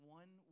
one